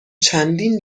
چندین